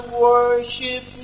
worship